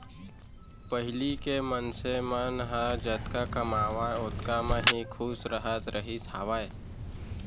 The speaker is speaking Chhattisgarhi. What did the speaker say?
पहिली के मनसे मन ह जतका कमावय ओतका म ही खुस रहत रहिस हावय